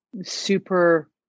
super